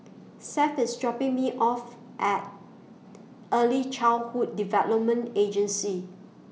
Seth IS dropping Me off At Early Childhood Development Agency